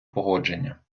погодження